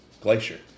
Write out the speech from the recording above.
Glacier